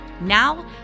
Now